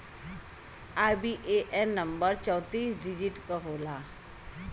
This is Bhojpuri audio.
आई.बी.ए.एन नंबर चौतीस डिजिट क होला